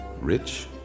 rich